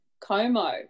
Como